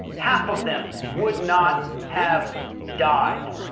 half of them would not have died